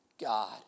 God